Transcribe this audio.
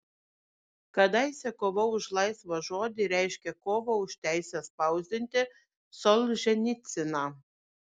kadaise kova už laisvą žodį reiškė kovą už teisę spausdinti solženicyną